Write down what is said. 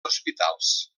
hospitals